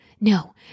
No